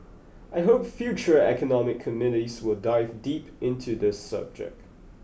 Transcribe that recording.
I hope future economic committees will dive deep into the subject